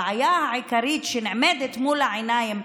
הבעיה העיקרית שעומדת מול העיניים,